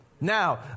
Now